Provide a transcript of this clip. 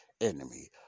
enemy